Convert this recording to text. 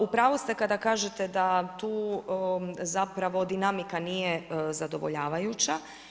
U pravu ste kada kažete da tu zapravo dinamika nije zadovoljavajuća.